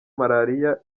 marariya